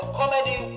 comedy